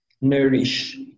nourish